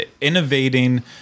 innovating